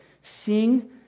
seeing